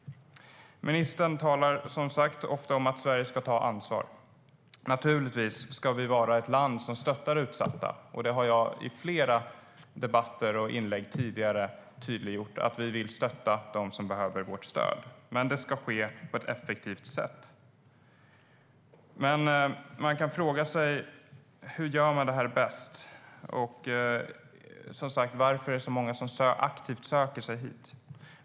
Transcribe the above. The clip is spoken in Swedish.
Ministern talar som sagt ofta om att Sverige ska ta ansvar. Naturligtvis ska vi vara ett land som stöttar utsatta. Jag har i flera debatter och inlägg tidigare tydliggjort att vi vill stötta dem som behöver vårt stöd, men det ska ske på ett effektivt sätt. Man kan fråga sig hur man bäst gör detta. Varför är det så många som aktivt söker sig hit?